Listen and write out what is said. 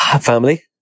Family